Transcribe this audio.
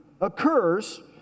occurs